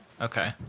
Okay